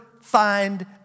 find